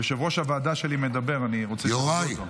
יושב-ראש הוועדה שלי מדבר, אני רוצה לשמוע אותו.